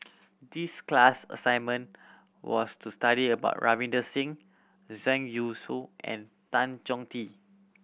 this class assignment was to study about Ravinder Singh Zhang Youshuo and Tan Chong Tee